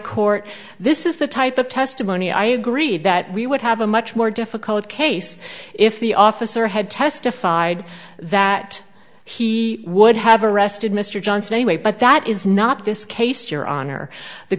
court this is the type of testimony i agree that we would have a much more difficult case if the officer had testified that he would have arrested mr johnson anyway but that is not this case your honor the